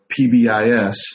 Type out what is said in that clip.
PBIS